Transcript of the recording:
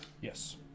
Yes